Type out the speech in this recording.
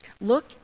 Look